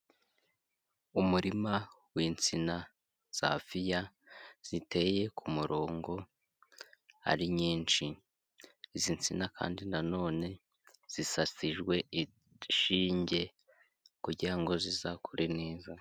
Umurima w'insina za fiya ziteye ku murongo ari nyinshi, izi nsina kandi na none zisasijwe inshinge kugira ngo zizakure neza.